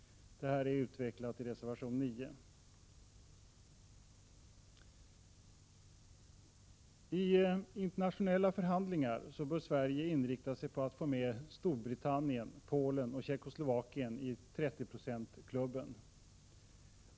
Detta är utvecklat i reservation 9. I internationella förhandlingar bör Sverige inrikta sig på att få med Storbritannien, Polen och Tjeckoslovakien i 30-procentsklubben.